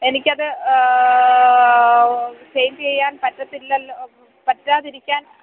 എനിക്കത് ഫേസ് ചെയ്യാൻ പറ്റത്തില്ലല്ലോ പറ്റാതിരിക്കാൻ